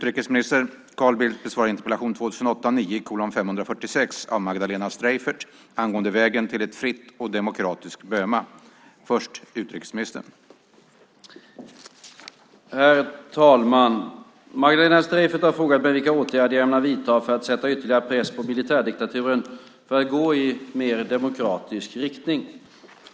Herr talman! Magdalena Streijffert har frågat mig vilka åtgärder jag ämnar vidta för att sätta ytterligare press på militärdiktaturen att gå i en mer demokratisk riktning.